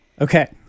Okay